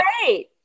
great